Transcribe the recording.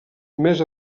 més